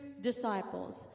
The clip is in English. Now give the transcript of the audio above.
disciples